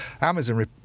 Amazon